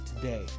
today